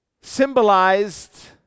symbolized